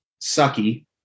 sucky